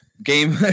game